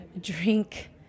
drink